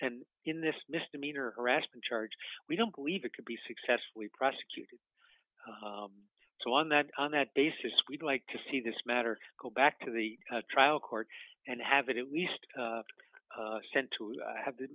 and in this misdemeanor harassment charge we don't believe it could be successfully prosecuted so on that on that basis we'd like to see this matter go back to the trial court and have it least sent to have the